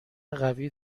قوی